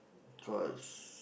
cause